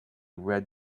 red